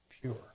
pure